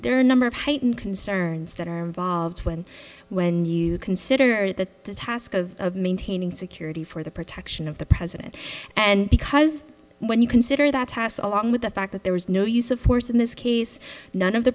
there are a number of heightened concerns that are involved when when you consider that the task of maintaining security for the protection of the president and because when you consider that hassle on with the fact that there was no use of force in this case none of the